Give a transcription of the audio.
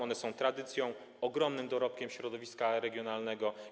One są tradycją, ogromnym dorobkiem środowiska regionalnego.